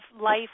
life